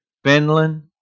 Finland